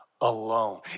alone